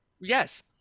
Yes